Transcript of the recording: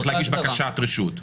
צריך להגיש בקשת רשות.